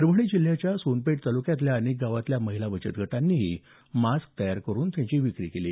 परभणी जिल्ह्याच्या सोनपेठ तालुक्यातल्या अनेक गावातल्या महिला बचत गटांनीही मास्क तयार करुन त्याची विक्री केली